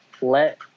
let